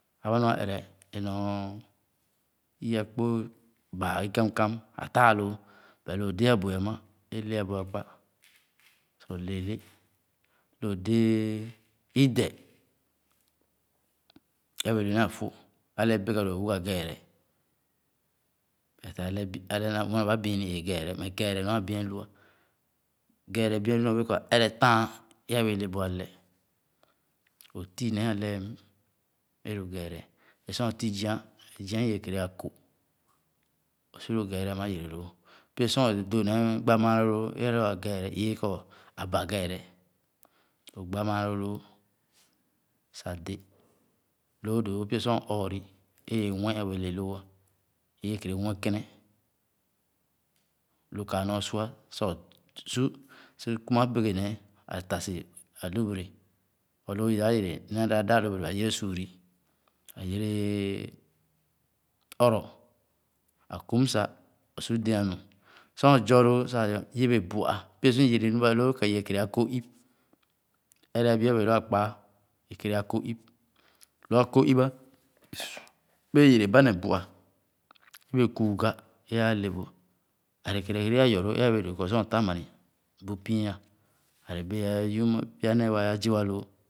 So naa lee kɔ okü kèm bi bi'a lōō bēē tega hrongōn lōō zii, nyórbee ten bi'ongon naa lee. o'dāh le za tēn bi'ongon. lōō lō néé sor lō nēē é dān a'mue ko o'bēē ye kɔ'é-ghi ue deme lōō, bua naa béé ye eé- hoo ā su bàà ne kānà bi bie yee. sor a'lo o'kɔ oo'bēē dōō wo'é, waa bié dān, ale é dan hee. lɔgɔ mu o'sekēh ko é éyiea nàale' so, naa lee kɔ o'kü kēn pya néé pya néé bia lóó kɔ